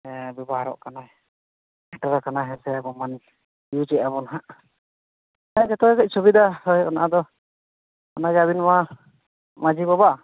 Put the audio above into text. ᱦᱮᱸ ᱵᱮᱵᱚᱦᱟᱨᱚᱜ ᱠᱟᱱᱟ ᱛᱚᱵᱮ ᱠᱷᱟᱱ ᱦᱮᱸ ᱥᱮ ᱟᱵᱚᱵᱚᱱ ᱤᱭᱩᱡᱽ ᱮᱫ ᱟᱵᱚᱱ ᱱᱟᱦᱟᱜ ᱡᱚᱛᱚᱜᱮ ᱥᱩᱵᱤᱫᱷᱟ ᱦᱳᱭ ᱚᱱᱟᱜᱮ ᱟᱹᱵᱤᱱᱢᱟ ᱢᱟᱹᱡᱷᱤ ᱵᱟᱵᱟ